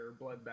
bloodbath